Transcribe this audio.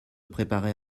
préparer